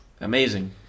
amazing